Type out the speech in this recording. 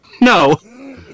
No